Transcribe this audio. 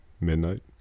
Midnight